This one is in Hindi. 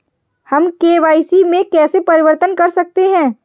हम के.वाई.सी में कैसे परिवर्तन कर सकते हैं?